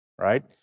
right